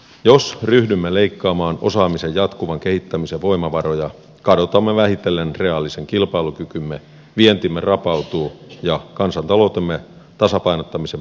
jos ryhdymme leikkaamaan osaamisen jatkuvan kehittämisen voimavaroja kadotamme vähitellen reaalisen kilpailukykymme vientimme rapautuu ja kansantaloutemme tasapainottamisen perusta pettää